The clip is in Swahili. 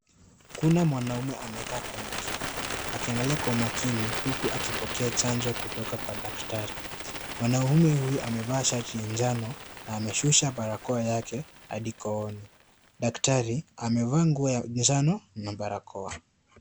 Kuna mwanaume amekaa kwenye kiti akiangalia kwa makini huku akipokea chanjo kutoka kwa daktari. Mwanaume huyu amevaa shati ya njano na ameshusha barakoa yake hadi kooni. Daktari amevaa nguo ya njano na barakoa.